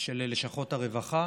של לשכות הרווחה